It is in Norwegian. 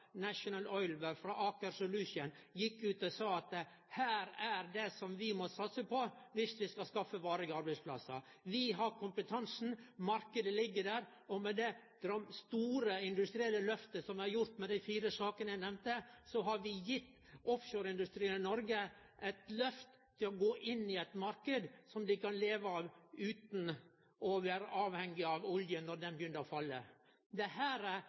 National Oilwell og Aker Solutions gjekk ut og sa at her er det vi må satse på dersom vi skal skaffe varige arbeidsplassar. Vi har kompetansen, marknaden ligg der, og med dei store industrielle lyfta som er gjorde med dei fire sakene eg nemnde, har vi gitt offshoreindustrien i Noreg eit lyft til å gå inn i ein marknad som dei kan leve av utan å vere avhengige av oljen når han begynner å falle bort. Dette gjer det